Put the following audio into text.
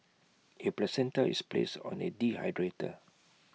A placenta is placed on A dehydrator